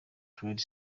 trade